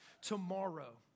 tomorrow